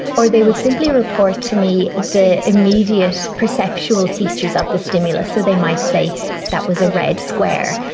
or they would simply report to me the immediate perceptual features of the stimulus, so they might say that was a red square,